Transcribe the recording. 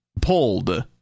pulled